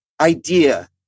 idea